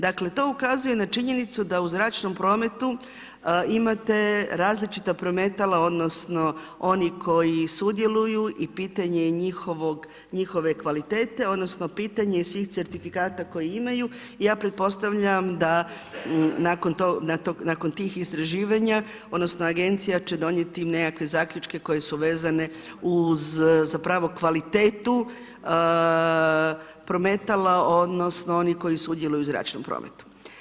Dakle to ukazuje na činjenicu da u zračnom prometu imate različita prometala, odnosno oni koji sudjeluju i pitanje je njihove kvalitete, odnosno pitanje je svih certifikata koje imaju i ja pretpostavljam da nakon tih istraživanja, odnosno agencija će donijeti nekakve zaključke koje su vezane uz zapravo kvalitetu prometala, odnosno onih koji sudjeluju u zračnom prometu.